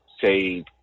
say